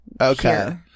Okay